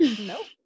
Nope